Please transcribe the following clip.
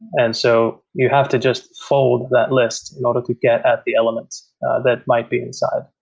and so you have to just fold that list in order to get at the elements that might be inside.